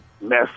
mess